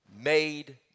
Made